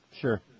Sure